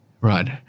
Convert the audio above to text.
Right